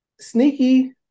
Sneaky